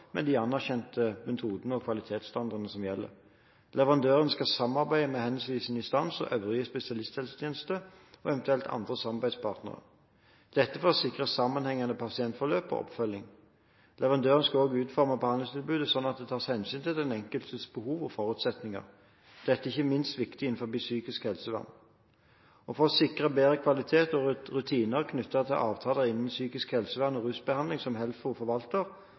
med de anerkjente metodene og kvalitetsstandardene som gjelder. Leverandøren skal samarbeide med henvisende instans, øvrig spesialisthelsetjeneste og eventuelt andre samarbeidspartnere for å sikre sammenhengende behandlingsforløp og oppfølging. Leverandøren skal òg utforme behandlingstilbudet, sånn at det kan tas hensyn til den enkeltes behov og forutsetninger. Dette er ikke minst viktig innenfor psykisk helsevern. For å sikre bedre kvalitet og rutiner knyttet til avtalene innen psykisk helsevern og rusbehandling som HELFO forvalter,